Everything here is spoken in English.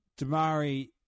Damari